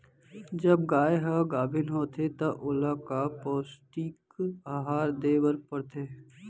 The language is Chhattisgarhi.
जब गाय ह गाभिन होथे त ओला का पौष्टिक आहार दे बर पढ़थे?